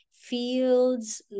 fields